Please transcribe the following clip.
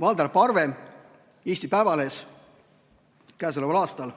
Valdar Parve Eesti Päevalehes käesoleval aastal,